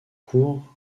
cours